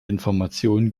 information